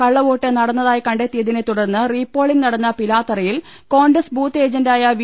കള്ളവോട്ട് നടന്നതായി കണ്ടെത്തിയതിനെ തുടർന്നു റീപോളിംഗ് നടന്ന പിലാത്തറയിൽ കോൺഗ്രസ് ബൂത്ത് ഏജന്റായ വി